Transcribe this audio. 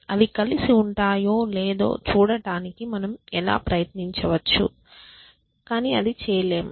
అవి కలిసి ఉంటాయో లేదో చూడటానికి మనము ఎలా ప్రయత్నించవచ్చు కానీ అది చేయలేము